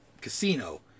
casino